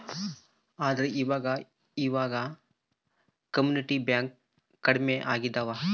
ಆದ್ರೆ ಈವಾಗ ಇವಾಗ ಕಮ್ಯುನಿಟಿ ಬ್ಯಾಂಕ್ ಕಡ್ಮೆ ಆಗ್ತಿದವ